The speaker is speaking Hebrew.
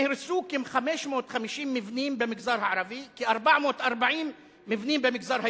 נהרסו כ-550 מבנים במגזר הערבי וכ-440 מבנים במגזר היהודי,